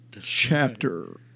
chapter